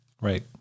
right